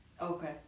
okay